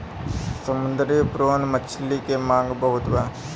समुंदरी प्रोन मछली के मांग बहुत बा